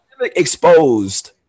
exposed